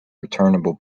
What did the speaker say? returnable